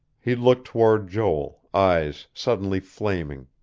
he looked toward joel, eyes suddenly flaming.